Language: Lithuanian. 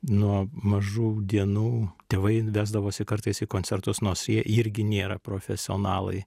nuo mažų dienų tėvai vesdavosi kartais į koncertus nors jie irgi nėra profesionalai